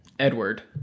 Edward